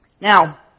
Now